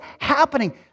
happening